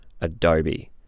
Adobe